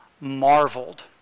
marveled